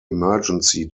emergency